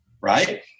right